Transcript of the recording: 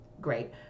great